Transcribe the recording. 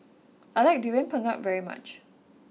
I like Durian Pengat very much